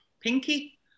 Pinky